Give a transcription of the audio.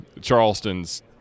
charleston's